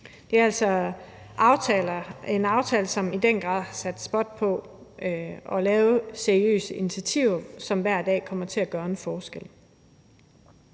Det er altså en aftale, som i den grad satte spot på at lave seriøse initiativer, som hver dag kommer til at gøre en forskel.